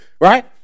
Right